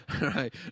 right